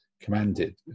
commanded